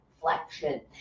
flexion